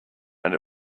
and